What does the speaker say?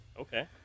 Okay